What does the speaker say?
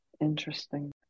Interesting